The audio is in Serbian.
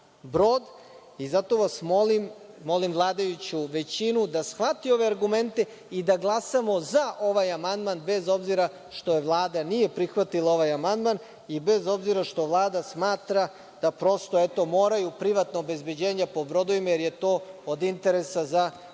brod i zato vas molim, molim vladajuću većinu da shvati argumente ove i da glasamo za ovaj amandman, bez obzira što Vlada nije prihvatila ovaj amandman i bez obzira što Vlada smatra da prosto moraju privatna obezbeđenja po brodovima, jer je to od interesa za obranu